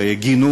וגינו